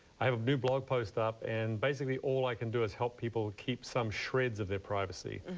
i have a new blog post up and basically all i can do is help people keep some shreds of their privacy.